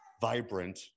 vibrant